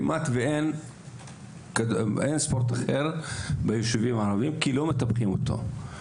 כמעט ואין ספורט אחר ביישובים הערבים כי לא מטפחים אותו.